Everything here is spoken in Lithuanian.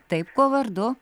taip kuo vardu